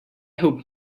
hope